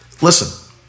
listen